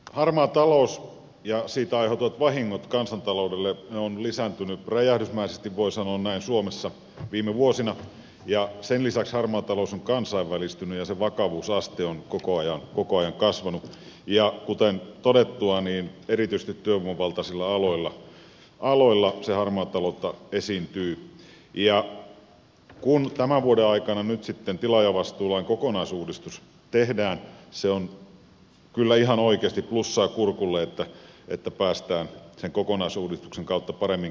harmaa talous ja siitä aiheutuvat vahingot kansantaloudelle ovat lisääntyneet räjähdysmäisesti voi sanoa näin suomessa viime vuosina ja sen lisäksi harmaa talous on kansainvälistynyt ja sen vakavuusaste on koko ajan kasvanut ja kuten todettua niin erityisesti työvoimavaltaisilla aloilla harmaata taloutta esiintyy ja kun tämän vuoden aikana nyt sitten tilaajavastuulain kokonaisuudistus tehdään se on kyllä ihan oikeasti plussaa kurkulle että päästään sen kokonaisuudistuksen kautta paremmin käsiksi